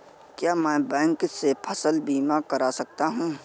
क्या मैं बैंक से फसल बीमा करा सकता हूँ?